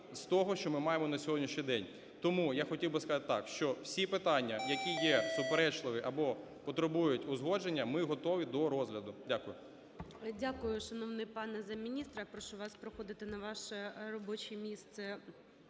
з того, що ми маємо на сьогоднішній день. Тому я хотів би сказати так, що всі питання, які є суперечливі або потребують узгодження, ми готові до розгляду. Дякую. ГОЛОВУЮЧИЙ. Дякую, шановний пане замміністра. Прошу вас проходити на ваше робоче місце